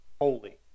holy